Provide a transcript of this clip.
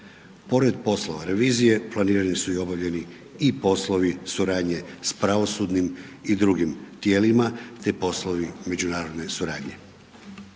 Pored poslova revizije planirani su i obavljeni i poslovi suradnje sa pravosudnim i drugim tijelima te poslovi međunarodne suradnje.